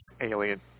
alien